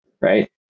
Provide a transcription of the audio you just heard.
right